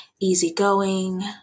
easygoing